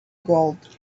gold